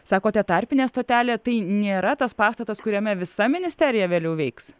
sakote tarpinė stotelė tai nėra tas pastatas kuriame visa ministerija vėliau veiks